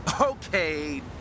Okay